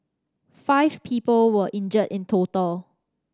five people were injured in total